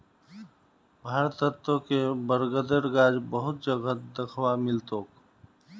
भारतत तोके बरगदेर गाछ बहुत जगहत दख्वा मिल तोक